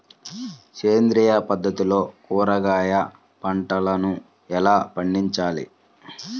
సేంద్రియ పద్ధతుల్లో కూరగాయ పంటలను ఎలా పండించాలి?